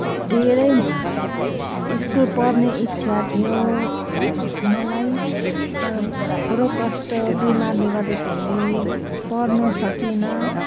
धेरै स्कुल पढ्ने इच्छा थियो मलाई तर रोग कष्ट बिमारले गर्दाखेरि पढ्नु सकिनँ